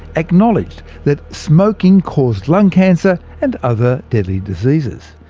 acknowledged that smoking caused lung cancer and other deadly diseases.